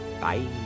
bye